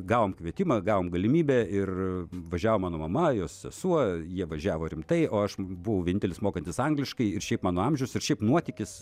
gavom kvietimą gavom galimybę ir važiavo mano mama jos sesuo jie važiavo rimtai o aš buvau vienintelis mokantis angliškai ir šiaip mano amžius ir šiaip nuotykis